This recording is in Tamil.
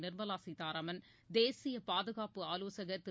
நிர்மலா சீதாராமன் தேசிய பாதுகாப்பு ஆலோசகர் திரு